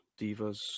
divas